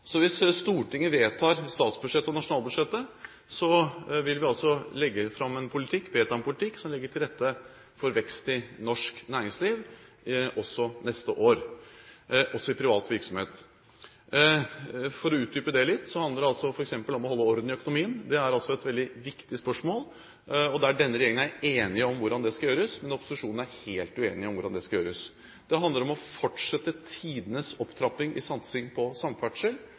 Hvis Stortinget vedtar statsbudsjettet, nasjonalbudsjettet, vil vi legge fram en politikk – vedta en politikk – som legger til rette for vekst i norsk næringsliv også neste år, også i privat virksomhet. For å utdype det litt handler det f.eks. om å holde orden i økonomien. Det er et veldig viktig spørsmål. Denne regjeringen er enig om hvordan dette skal gjøres, mens opposisjonen er helt uenig om hvordan det skal gjøres. Det handler om å fortsette tidenes opptrapping i satsing på samferdsel,